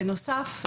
בנוסף,